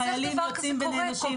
חיילים נענשים,